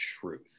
truth